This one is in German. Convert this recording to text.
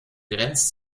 grenzt